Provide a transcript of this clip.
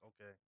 okay